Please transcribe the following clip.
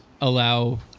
allow